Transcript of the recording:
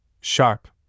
Sharp